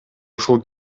ушул